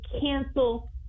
cancel